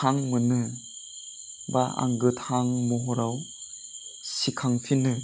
हां मोनो बा आं गोथां महराव सिखांफिनो